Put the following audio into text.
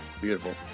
Beautiful